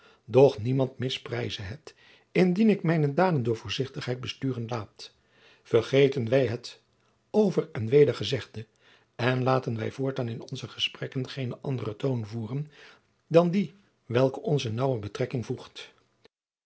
doch niemand misprijze het indien ik mijne daden door voorzichtigheid besturen laat vergeten wij al het over en weder gezegde en laten wij voortaan in onze gesprekken geenen anderen toon voeren dan dien welke onze naauwe betrekking voegt